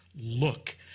look